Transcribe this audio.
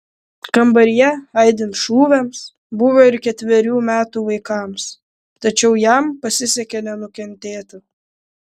kambaryje aidint šūviams buvo ir ketverių metų vaikams tačiau jam pasisekė nenukentėti